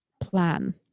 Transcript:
plan